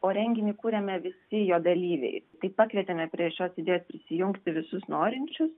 o renginį kūrėme visi jo dalyviai tai pakvietėme prieš šios idėjos prisijungti visus norinčius